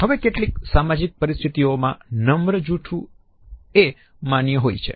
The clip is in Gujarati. હવે કેટલીક સામાજિક પરિસ્થિતિમાં નમ્ર જૂઠું એ માન્ય હોય છે